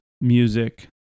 music